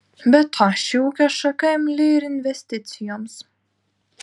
be to ši ūkio šaka imli ir investicijoms